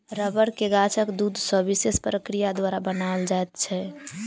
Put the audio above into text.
रबड़ के गाछक दूध सॅ विशेष प्रक्रिया द्वारा बनाओल जाइत छै